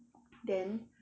then